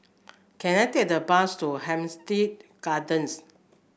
can I take a bus to Hampstead Gardens